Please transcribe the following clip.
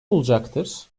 olacaktır